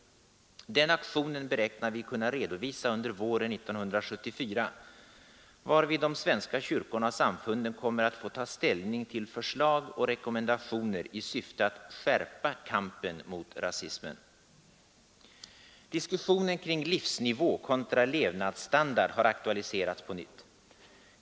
Den aktionen beräknar vi kunna redovisa under våren 1974, varvid de svenska kyrkorna och samfunden kommer att få ta ställning till förslag och rekommendationer i syfte att skärpa kampen mot rasismen. Diskussionen kring livsnivå kontra levnadsstandard har aktualiserats på nytt.